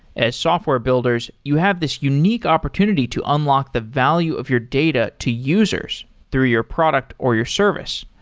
as software builders, you have this unique opportunity to unlock the value of your data to users through your product or your service.